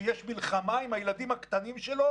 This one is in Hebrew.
כשיש מלחמה עם הילדים הקטנים שלו